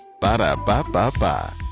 Ba-da-ba-ba-ba